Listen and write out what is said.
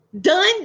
Done